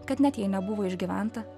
kad net jei nebuvo išgyventa